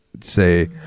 say